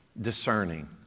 discerning